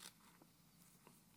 לוי: